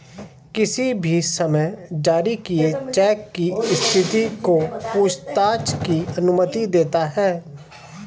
किसी भी समय जारी किए चेक की स्थिति की पूछताछ की अनुमति देता है